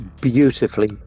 beautifully